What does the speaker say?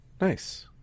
Nice